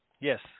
yes